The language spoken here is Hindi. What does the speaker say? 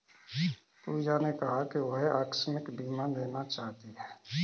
पूजा ने कहा कि वह आकस्मिक बीमा लेना चाहती है